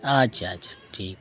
ᱟᱪᱪᱷᱟ ᱟᱪᱪᱷᱟ ᱴᱷᱤᱠ